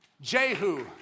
Jehu